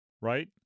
Right